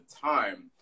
time